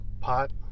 pot